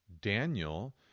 Daniel